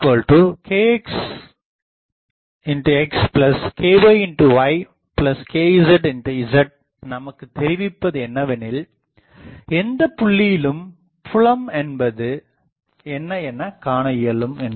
r kxxkyykzz நமக்குத் தெரிவிப்பது என்னவெனில் எந்தப் புள்ளியிலும் புலம் என்ன எனக் காண இயலும் என்பதே